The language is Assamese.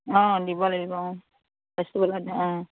অঁ দিব লাগিব অঁ ফেষ্টিবল হয়নে